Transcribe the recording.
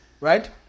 Right